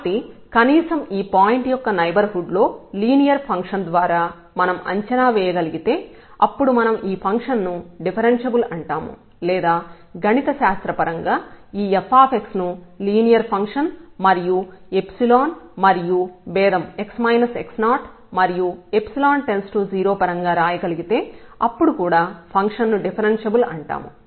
కాబట్టి కనీసం ఈ పాయింట్ యొక్క నైబర్హుడ్ లో లీనియర్ ఫంక్షన్ ద్వారా మనం అంచనా వేయగలిగితే అప్పుడు మనం ఈ ఫంక్షన్ ను డిఫరెన్ష్యబుల్ అంటాము లేదా గణిత శాస్త్ర పరంగా ఈ f ను లీనియర్ ఫంక్షన్ మరియు మరియు భేదం x x0 మరియు 0 పరంగా రాయగలిగితే అప్పుడు కూడా ఫంక్షన్ ను డిఫరెన్ష్యబుల్ అంటాం